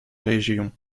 région